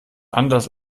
anders